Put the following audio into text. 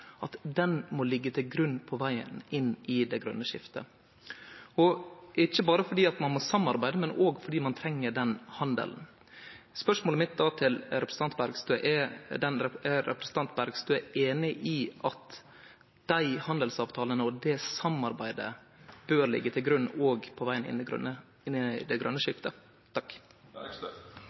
må liggje til grunn på vegen inn i det grøne skiftet – ikkje berre fordi ein må samarbeide, men òg fordi ein treng den handelen. Spørsmålet mitt til representanten Bergstø er då: Er representanten Bergstø einig i at dei handelsavtalane og det samarbeidet bør liggje til grunn òg på vegen inn i det grøne skiftet? Det